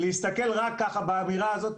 להסתכל רק ככה באווירה הזאת,